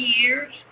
years